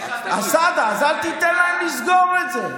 אז, סעדה, אל תיתן להם לסגור את זה.